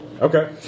Okay